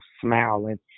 smiling